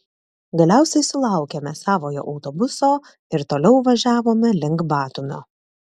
galiausiai sulaukėme savojo autobuso ir toliau važiavome link batumio